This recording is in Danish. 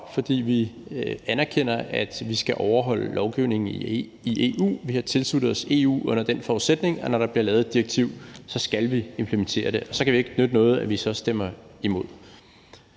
fordi vi anerkender, at vi skal overholde lovgivningen i EU. Vi har tilsluttet os EU under den forudsætning, at når der bliver lavet et direktiv, skal vi implementere det. Så kan det ikke nytte noget, vi så stemmer imod.